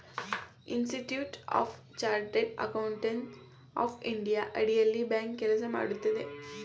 institute of chartered accountants of India ಅಡಿಯಲ್ಲಿ bank ಕೆಲಸ ಮಾಡುತ್ತದೆ